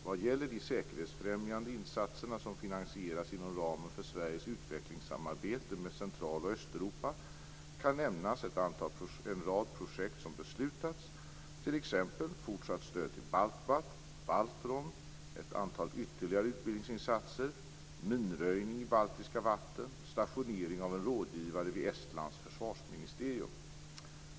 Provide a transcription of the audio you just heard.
Vad gäller de säkerhetsfrämjande insatserna som finansieras inom ramen för Sveriges utvecklingssamarbete med Central och Östeuropa kan nämnas en rad projekt som beslutats, t.ex. fortsatt stöd till BALTBAT, BALTRON, ett antal ytterligare utbildningsinsatser, minröjning i baltiska vatten och stationering av en rådgivare vid Estlands försvarsministerium.